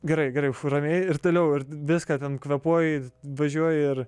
gerai gerai fu ramiai ir toliau viską ten kvėpuoji važiuoji ir